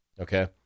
Okay